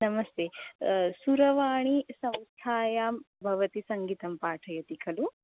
नमस्ते सुरवाणीसंस्थायां भवती सङ्गीतं पाठयति खलु